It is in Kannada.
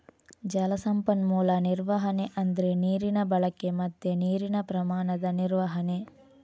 ಜಲ ಸಂಪನ್ಮೂಲ ನಿರ್ವಹಣೆ ಅಂದ್ರೆ ನೀರಿನ ಬಳಕೆ ಮತ್ತೆ ನೀರಿನ ಪ್ರಮಾಣದ ನಿರ್ವಹಣೆ